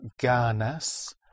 ganas